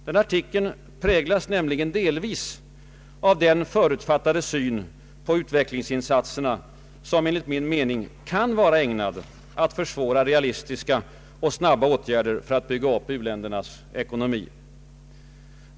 Denna artikel präglas nämligen delvis av den förutfattade syn på utvecklingsinsatserna som enligt min mening kan vara ägnad att försvåra realistiska och snabba åtgärder för att bygga upp u-ländernas ekonomi.